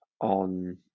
on